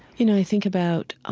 you know i think about ah